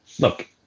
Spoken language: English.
Look